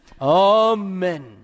Amen